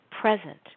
present